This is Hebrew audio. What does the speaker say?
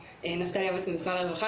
נפתלי היועץ של משרד הרווחה,